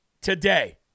today